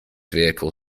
vehicle